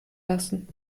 lassen